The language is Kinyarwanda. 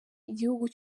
igihugu